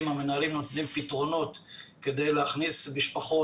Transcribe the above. המנהלים נותנים פתרונות כדי להכניס משפחות.